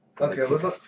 Okay